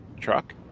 truck